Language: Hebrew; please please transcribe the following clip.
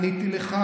עניתי לך.